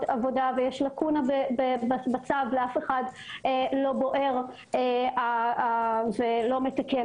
עבודה ויש לקונה בצו ואף אחד לא בוער לו ולא מתקן